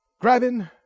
grabbing